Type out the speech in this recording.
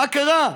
מה קרה?